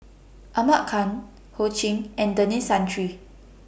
Ahmad Khan Ho Ching and Denis Santry